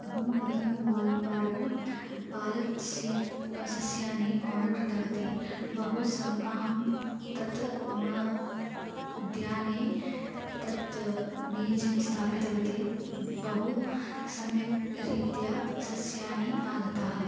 अहं प्रथमं वारं वारं पालक् सीड् सस्यानि आडर् कृतवती बहु सं अहं तत् मम उद्याने तत् बीजं स्थापितवती बहु सम्यक्रीत्या सस्यानि आगताः